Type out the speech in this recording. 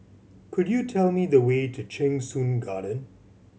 could you tell me the way to Cheng Soon Garden